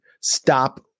stop